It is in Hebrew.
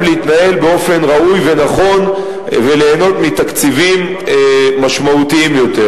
להתנהל באופן ראוי ונכון וליהנות מתקציבים משמעותיים יותר.